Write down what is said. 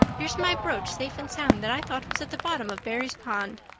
here's my brooch safe and sound that i thought was at the bottom of barry's pond.